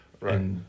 Right